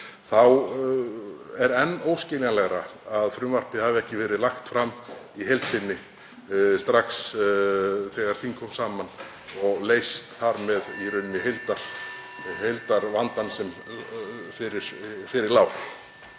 er enn óskiljanlegra að frumvarpið hafi ekki verið lagt fram í heild sinni strax þegar þing kom saman og leyst þar með í rauninni heildarvandann sem fyrir lá.